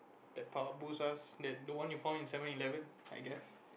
that power boosts us that the one you found in Seven-Eleven I guess